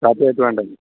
ആയിട്ട് വേണ്ടെങ്കില്